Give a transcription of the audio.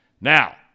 Now